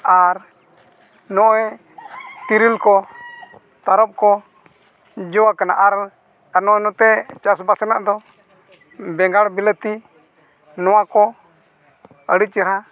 ᱟᱨ ᱱᱚᱜᱼᱚᱭ ᱛᱤᱨᱤᱞ ᱠᱚ ᱛᱟᱨᱚᱵ ᱠᱚ ᱡᱚ ᱟᱠᱟᱱᱟ ᱟᱨ ᱱᱚᱜᱼᱚᱭ ᱱᱚᱛᱮ ᱪᱟᱥᱵᱟᱥ ᱨᱮᱱᱟᱜ ᱫᱚ ᱵᱮᱸᱜᱟᱲ ᱵᱤᱞᱟᱹᱛᱤ ᱱᱚᱣᱟ ᱠᱚ ᱟᱹᱰᱤ ᱪᱮᱦᱨᱟ